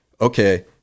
okay